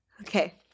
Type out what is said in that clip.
Okay